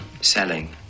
selling